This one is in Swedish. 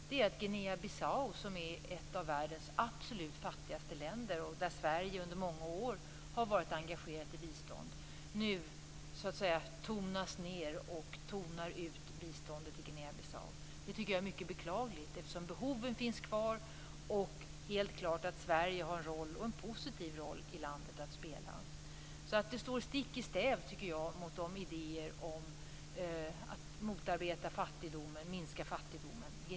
Det är att Guinea Bissau, som är ett av världens absolut fattigaste länder, där Sverige under många år har varit engagerat i bistånd, nu så att säga tonas ned. Man tonar ut biståndet till Guinea Bissau. Det tycker jag är mycket beklagligt, eftersom behoven finns kvar. Det är helt klart att Sverige har en positiv roll att spela i landet. Det går stick i stäv med idéerna om att motarbeta och minska fattigdomen.